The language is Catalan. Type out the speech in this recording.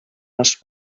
les